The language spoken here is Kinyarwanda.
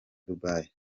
dubai